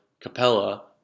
capella